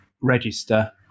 register